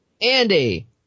andy